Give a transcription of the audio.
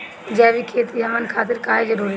जैविक खेती हमन खातिर काहे जरूरी बा?